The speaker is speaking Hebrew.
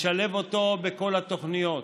לשלב אותו בכל התוכניות.